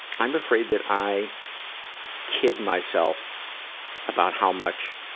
i'm afraid that i kid myself about how much